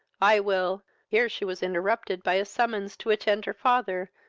i will here she was interrupted by a summons to attend her father,